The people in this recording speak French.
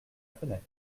fenêtre